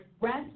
rest